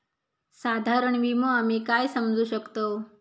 साधारण विमो आम्ही काय समजू शकतव?